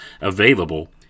available